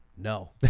No